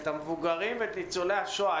את המבוגרים ואת ניצולי השואה,